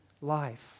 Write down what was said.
life